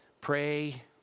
Pray